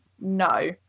no